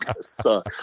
suck